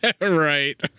right